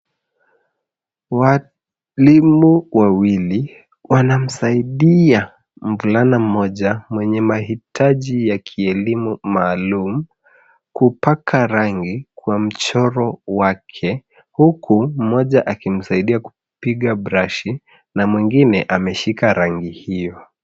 Walimu wawili wanamsaidia mvulana mmoja mwenye mahitaji ya kielimu maalum, kupaka rangi kwa mchoro wake, huku mmoja akimsaidia kupiga brashi na mwingine ameshika rangi hiyo.